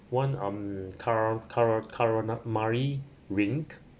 one um ca~ cal~ calamari ring